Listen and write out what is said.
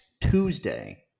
Tuesday